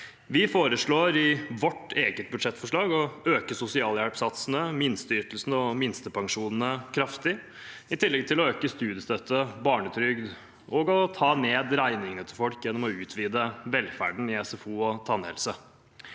Vi foreslår i vårt eget budsjettforslag å øke sosialhjelpssatsene, minsteytelsene og minstepensjonene kraftig, i tillegg til å øke studiestøtten, barnetrygden og å ta ned regningene til folk ved å utvide velferden gjennom SFO og tannhelse.